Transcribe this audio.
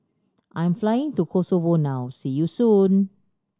I'm flying to Kosovo now see you soon